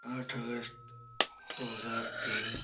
आठ अगस्त दो हजार तीन